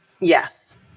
Yes